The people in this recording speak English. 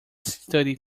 studied